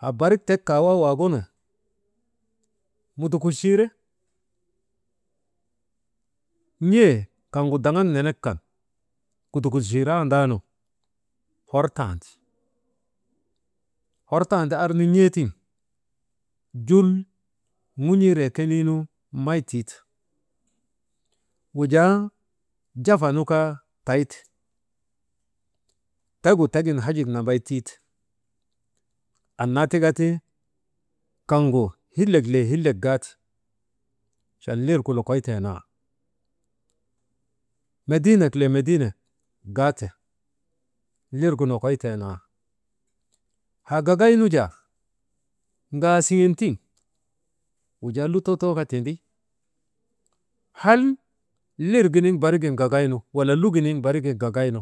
haa barik tek kaawaa waagunu mudukulchiire. N̰e kaŋgu daŋak nenek kan kudukulchurandaanu hor tandi, hortandi arnu n̰e., tiŋ ŋun̰iire ŋun̰iiree koniinu may tiite, wujaa jafa nu kaa tayte, tegu, tegin hajik nambay tiite annaa tika ti kaŋgu hillek lee hillek gaate chan lirgu lokoytee naa, mediinek lee mediinet gaatek lirgu lokoytee naa, haa gagaynu jaa ŋaasiŋen wujaa lutoo too kaa tindi. Hal lir giniŋ barigin gagaynu, wala luginiŋ barigin gagaynu.